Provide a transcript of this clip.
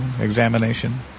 examination